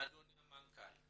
אדוני המנכ"ל,